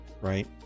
right